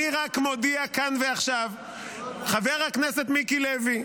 אני רק מודיע כאן ועכשיו: חבר הכנסת מיקי לוי,